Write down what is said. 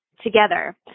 together